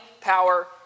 power